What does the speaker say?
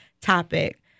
topic